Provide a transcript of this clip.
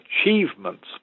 achievements